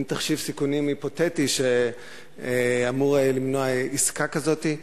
מין תחשיב סיכונים היפותטי שאמור למנוע עסקה כזאת.